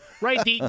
right